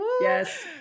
yes